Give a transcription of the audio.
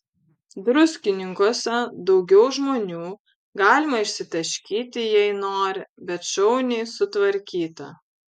druskininkuose daugiau žmonių galima išsitaškyti jei nori bet šauniai sutvarkyta